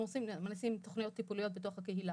אנחנו מנסים תוכניות טיפוליות בתוך הקהילה,